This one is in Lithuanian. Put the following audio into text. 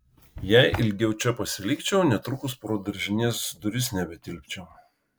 jei ilgiau čia pasilikčiau netrukus pro daržinės duris nebetilpčiau